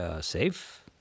safe